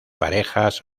parejas